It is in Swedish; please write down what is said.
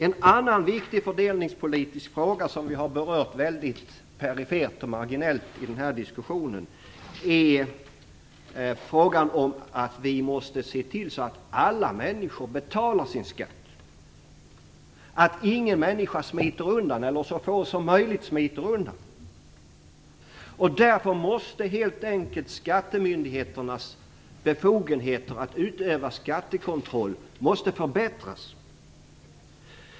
En annan viktig fördelningspolitisk fråga, som vi har berört mycket marginellt i den här diskussionen, är att vi måste se till att man betalar sin skatt, att så få som möjligt smiter undan. Därför måste skattemyndigheternas befogenheter att utöva skattekontroll förbättras.